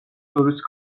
შორის